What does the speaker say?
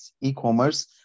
e-commerce